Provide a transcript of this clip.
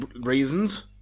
reasons